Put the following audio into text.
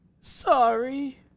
Sorry